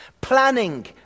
Planning